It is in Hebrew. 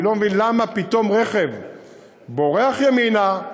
אני לא מבין למה פתאום רכב בורח ימינה,